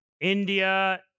India